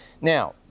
Now